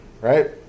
Right